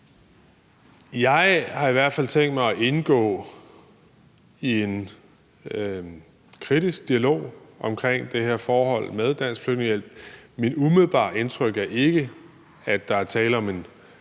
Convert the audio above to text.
Jeg har i hvert fald tænkt mig at indgå i en kritisk dialog omkring det her forhold med Dansk Flygtningehjælp. Mit umiddelbare indtryk er ikke, at der er tale om en